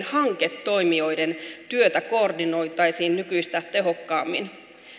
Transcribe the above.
hanketoimijoiden työtä koordinoitaisiin nykyistä tehokkaammin